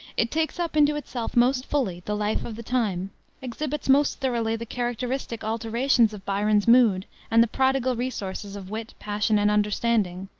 it takes up into itself most fully the life of the time exhibits most thoroughly the characteristic alternations of byron's moods and the prodigal resources of wit, passion, and understanding,